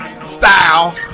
style